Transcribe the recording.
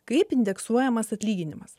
kaip indeksuojamas atlyginimas